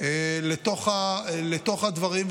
לתוך הדברים,